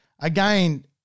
Again